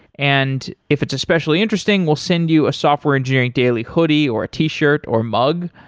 and if it's especially interesting, we'll send you a software engineering daily hoodie, or a t-shirt, or mug,